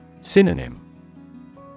Synonym